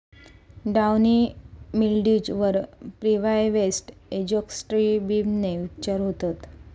downy mildews वर preharvest एजोक्सिस्ट्रोबिनने उपचार होतत